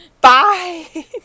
Bye